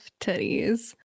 titties